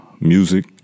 music